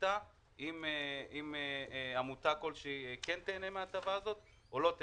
שמחליטה האם עמותה כלשהי כן תיהנה מההטבה הזאת או לא.